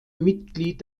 mitglied